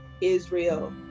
Israel